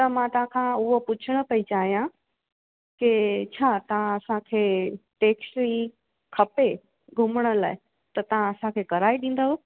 त मां तव्हां खां उहो पुछण पई चाहियां की छा तव्हां असांखे टैक्सी खपे घुमण लाइ त तव्हां असांखे कराए ॾींदव